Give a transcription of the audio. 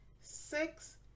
Six